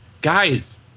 guys